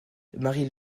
marie